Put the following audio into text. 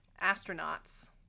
astronauts